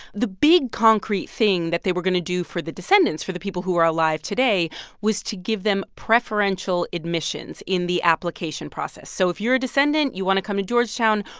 the big, concrete thing that they were going to do for the descendants, for the people who are alive today was to give them preferential admissions in the application process. so if you're a descendant, you want to come to georgetown,